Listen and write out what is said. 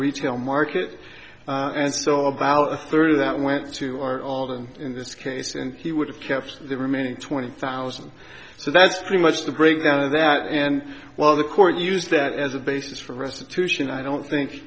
retail market and so about a third of that went to our all of them in this case and he would have kept the remaining twenty thousand so that's pretty much the breakdown of that and well the court used that as a basis for restitution i don't think